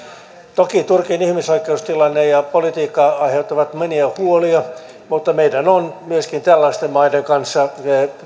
toki turkin ihmisoikeustilanne ja politiikka aiheuttavat monia huolia mutta meidän on myöskin tällaisten maiden kanssa